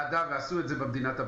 ועשו את במדינה,